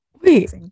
wait